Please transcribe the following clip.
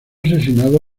asesinado